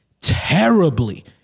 terribly